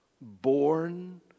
Born